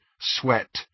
sweat